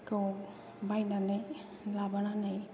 गाव बायनानै लाबोनानै